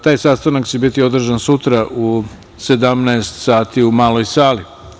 Taj sastanak će biti održan sutra u 17.00 sati u Maloj sali.